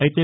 అయితే